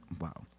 wow